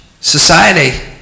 society